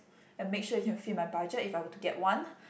and make sure it can fit my budget if I were to get one